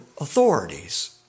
authorities